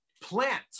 Plant